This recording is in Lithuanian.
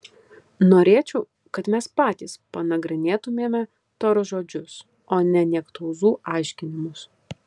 norėčiau kad mes patys panagrinėtumėme toros žodžius o ne niektauzų aiškinimus